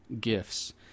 gifts